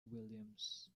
williams